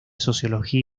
sociología